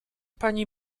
pani